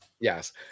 Yes